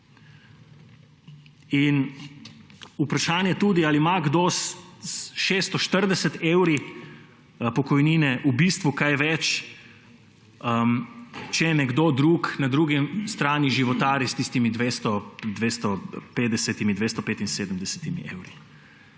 In vprašanje, ali ima kdo s 640 evri pokojnine v bistvu kaj več, če nekdo drug na drugi strani životari s tistimi 250, 275 evri.